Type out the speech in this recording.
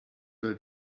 will